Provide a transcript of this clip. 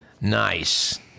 Nice